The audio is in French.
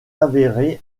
avérée